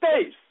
space